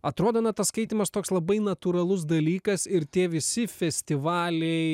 atrodo na tas skaitymas toks labai natūralus dalykas ir tie visi festivaliai